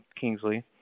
Kingsley